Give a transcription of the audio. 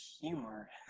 humor